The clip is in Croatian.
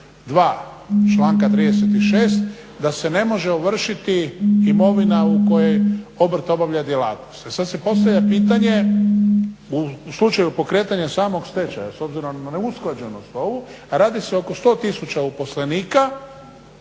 2. članka 36. da se ne može ovršiti imovina u kojoj obrt obavlja djelatnost. E sad se postavlja pitanje u slučaju pokretanja samog stečaja, s obzirom na neusklađenost ovu, radi se oko 100 tisuća uposlenika